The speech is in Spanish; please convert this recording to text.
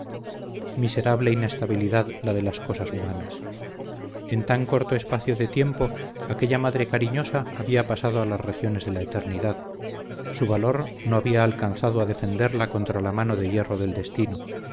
miserable inestabilidad la de las cosas humanas en tan corto espacio de tiempo aquella madre cariñosa había pasado a las regiones de la eternidad su valor no había alcanzado a defenderla contra la mano de hierro del destino